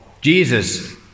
Jesus